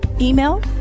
Email